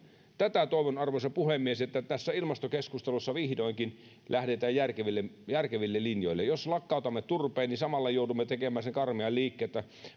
tätä toivon arvoisa puhemies että tässä ilmastokeskustelussa vihdoinkin lähdetään järkeville järkeville linjoille jos lakkautamme turpeen ja samalla joudumme tekemään sen karmean liikkeen että